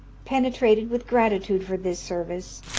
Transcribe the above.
penetrated with gratitude for this service,